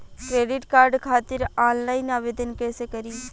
Credit card खातिर online आवेदन कइसे करि?